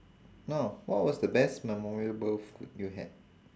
oh what was the best memorable food you had